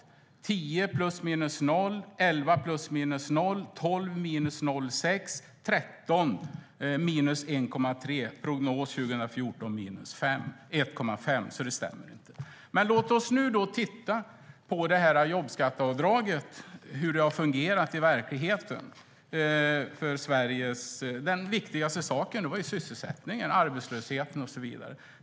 År 2010 var det plus minus noll. År 2011 var det plus minus noll. År 2012 var det minus 0,6. År 2013 var det minus 1,3. Prognosen för 2014 är minus 1,5. Så det stämmer inte. Men låt oss nu titta på hur jobbskatteavdraget har fungerat i verkligheten. Det viktigaste var sysselsättningen, arbetslösheten och så vidare.